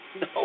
No